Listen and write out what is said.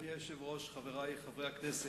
אדוני היושב-ראש, חברי חברי הכנסת,